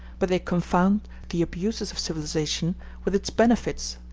but they confound the abuses of civilization with its benefits,